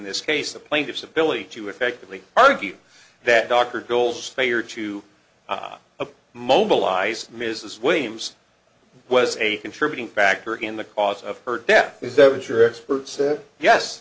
this case the plaintiff's ability to effectively argue that dr goals they are to a mobilized mrs williams was a contributing factor in the cause of her death is that your expert said yes